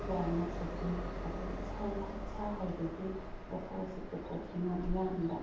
ꯀꯌꯥ ꯑꯃꯁꯨ ꯄꯤ ꯑꯩꯈꯣꯏꯒꯤ ꯏꯁꯥꯒꯤ ꯈꯨꯠꯁꯥ ꯍꯩꯕꯒꯤ ꯄꯣꯠꯊꯣꯛ ꯑꯁꯤ ꯄꯨꯊꯣꯛꯇꯨꯅ ꯃꯤꯌꯥꯝꯗ